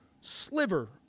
sliver